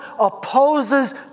opposes